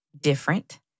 different